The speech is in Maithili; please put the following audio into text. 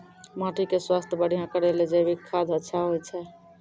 माटी के स्वास्थ्य बढ़िया करै ले जैविक खाद अच्छा होय छै?